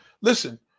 Listen